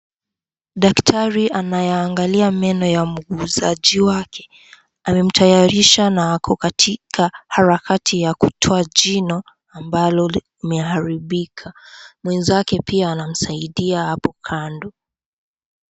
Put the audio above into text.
Daktari anaangalia meno ya muuguzaji wake, amemtayarisha na ako katika harakati ya kutoa jino ambalo limeharibika. Mwenzake pia anamsaidia hapo kando.